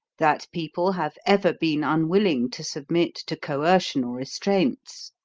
that people have ever been unwilling to submit to coercion or restraints.